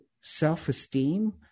self-esteem